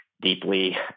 deeply